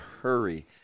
hurry